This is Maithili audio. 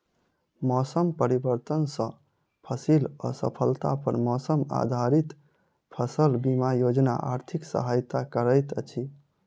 मौसम परिवर्तन सॅ फसिल असफलता पर मौसम आधारित फसल बीमा योजना आर्थिक सहायता करैत अछि